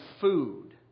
food